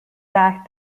back